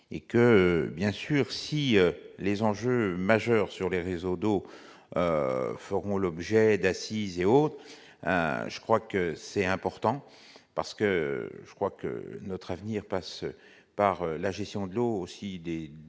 et que bien sûr, si les enjeux majeurs sur les réseaux d'eau, feront l'objet d'assise et autres, je crois que c'est important, parce que je crois que notre avenir passe par la gestion de l'eau aussi des des